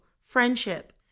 friendship